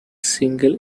single